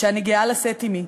שאני גאה לשאת עמי.